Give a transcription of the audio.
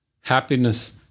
Happiness